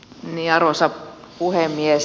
arvoisa puhemies